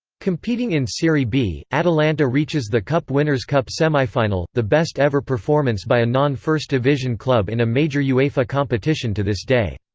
competing in serie b, atalanta reaches the cup winners' cup semifinal, the best ever performance by a non-first division club in a major uefa competition to this day.